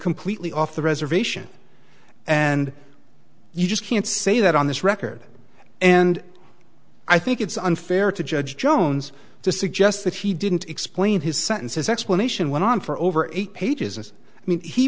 completely off the reservation and you just can't say that on this record and i think it's unfair to judge jones to suggest that he didn't explain his sentences explanation went on for over eight pages